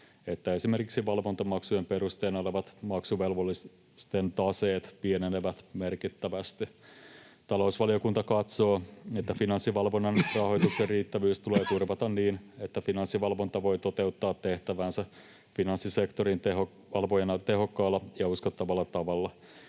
että esimerkiksi valvontamaksujen perusteena olevat maksuvelvollisten taseet pienenevät merkittävästi. Talousvaliokunta katsoo, että Finanssivalvonnan rahoituksen riittävyys tulee turvata niin, että Finanssivalvonta voi toteuttaa tehtäväänsä finanssisektorin valvojana tehokkaalla ja uskottavalla tavalla.